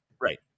Right